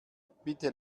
bitte